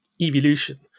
evolution